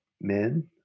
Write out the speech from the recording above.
men